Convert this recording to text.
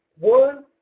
one